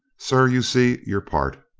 sir you see your part.